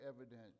evident